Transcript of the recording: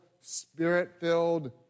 spirit-filled